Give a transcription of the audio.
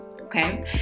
okay